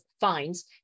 fines